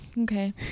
Okay